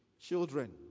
children